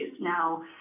Now